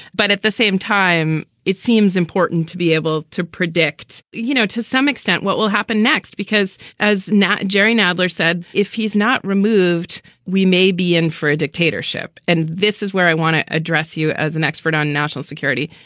but at the same time, it seems important to be able to predict, you know, to some extent what will happen next, because as not, jerry nadler said, if he's not removed, we may be in for a dictatorship. and this is where i want to address you as an expert on national security.